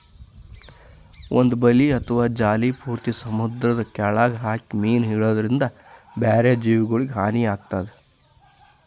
ಒಂದ್ ಬಲಿ ಅಥವಾ ಜಾಲಿ ಪೂರ್ತಿ ಸಮುದ್ರದ್ ಕೆಲ್ಯಾಗ್ ಹಾಕಿ ಮೀನ್ ಹಿಡ್ಯದ್ರಿನ್ದ ಬ್ಯಾರೆ ಜೀವಿಗೊಲಿಗ್ ಹಾನಿ ಆತದ್